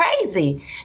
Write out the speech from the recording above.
crazy